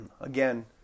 Again